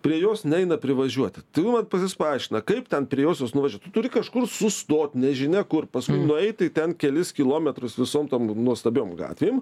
prie jos neina privažiuoti tai jum vat pas jus paaiškina kaip ten prie josios nuvažiuot tu turi kažkur sustot nežinia kur paskui nueiti ten kelis kilometrus visom tom nuostabiom gatvėm